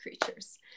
creatures